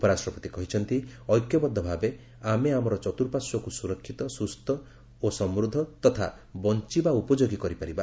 ଉପରାଷ୍ଟ୍ରପତି କହିଛନ୍ତି ଐକ୍ୟବଦ୍ଧ ଭାବେ ଆମେ ଆମର ଚତୁଃପାର୍ଶ୍ୱକୁ ସୁରକ୍ଷିତ ସୁସ୍ଥ ଓ ସମୃଦ୍ଧ ତଥା ବଞ୍ଚ୍ଚବା ଉପଯୋଗୀ କରିପାରିବା